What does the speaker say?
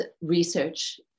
research